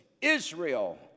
Israel